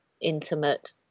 intimate